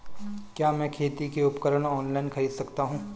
क्या मैं खेती के उपकरण ऑनलाइन खरीद सकता हूँ?